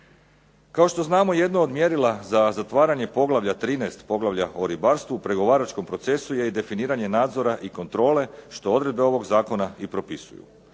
Kao što znamo, jedno od mjerila za zatvaranje poglavlja 13., poglavlja o ribarstvu u pregovaračkom procesu je i definiranje nadzora i kontrole što odredbe ovog zakona i propisuju.